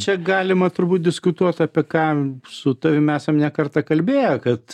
čia galima turbūt diskutuot apie ką su tavim esam ne kartą kalbėję kad